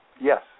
Yes